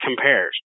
compares